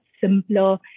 simpler